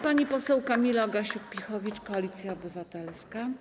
Pani poseł Kamila Gasiuk-Pihowicz, Koalicja Obywatelska.